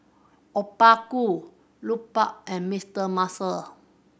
Obaku Lupark and Mister Muscle